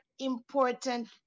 important